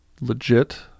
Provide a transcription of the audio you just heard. legit